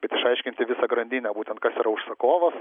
bet išaiškinti visą grandinę būtent kas yra užsakovas